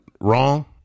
wrong